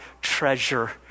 treasure